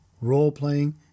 role-playing